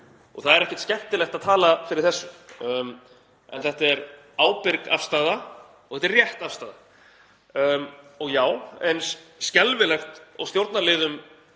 Það er ekkert skemmtilegt að tala fyrir þessu en þetta er ábyrg afstaða og þetta er rétt afstaða. Og já, eins skelfilegt og stjórnarliðum